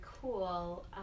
cool